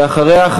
ואחריה,